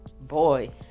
Boy